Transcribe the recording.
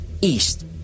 east